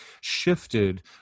shifted